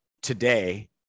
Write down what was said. today